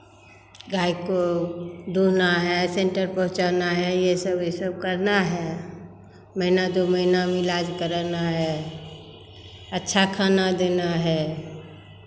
गाय को दूहना है सेंटर पहुँचाना है ये सब ये सब करना है महीना दो महीना में इलाज कराना है अच्छा खाना देना है